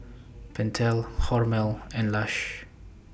Pentel Hormel and Lush